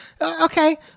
okay